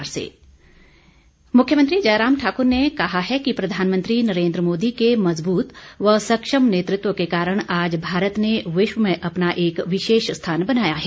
virtual rally मुख्यमंत्री जयराम ठाकुर ने कहा है कि प्रधानमंत्री नरेन्द्र मोदी के मजबूत व सक्षम नेतृत्व के कारण आज भारत ने विश्व में अपना एक विशेष स्थान बनाया है